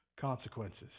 consequences